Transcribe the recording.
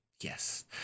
yes